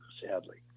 sadly